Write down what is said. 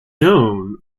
known